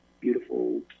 beautiful